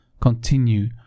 Continue